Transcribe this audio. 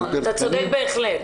אתה צודק בהחלט.